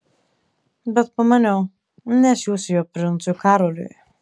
bet pamaniau nesiųsiu jo princui karoliui